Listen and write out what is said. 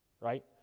Right